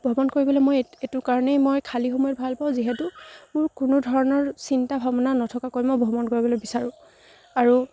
ভ্ৰমণ কৰিবলৈ মই এইটো কাৰণেই মই খালী সময়ত ভাল পাওঁ যিহেতু মোৰ কোনো ধৰণৰ চিন্তা ভাৱনা নথকাকৈ মই ভ্ৰমণ কৰিবলৈ বিচাৰোঁ আৰু